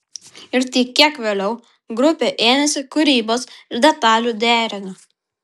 ir tik kiek vėliau grupė ėmėsi kūrybos ir detalių derinimo